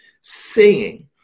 singing